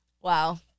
Wow